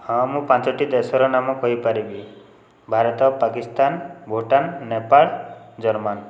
ହଁ ମୁଁ ପାଞ୍ଚଟି ଦେଶର ନାମ କହିପାରିବି ଭାରତ ପାକିସ୍ତାନ ଭୁଟାନ ନେପାଳ ଜର୍ମାନ